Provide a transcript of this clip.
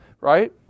right